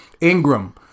Ingram